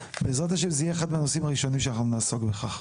בעזרת ה' זה יהיה האחד מהנושאים הראשונים שאנחנו נעסוק בהכרח.